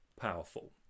powerful